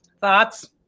thoughts